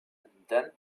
then